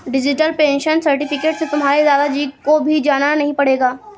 digital pension certificate से तुम्हारे दादा जी को भी जाना नहीं पड़ेगा